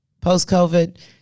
Post-COVID